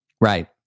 Right